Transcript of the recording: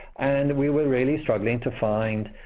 and we were really struggling to find